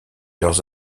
leurs